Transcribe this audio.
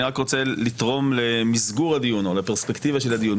אני רק רוצה לתרום למסגור הדיון או לפרספקטיבה של הדיון.